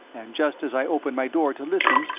and just as i opened my door to listen,